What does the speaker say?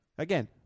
Again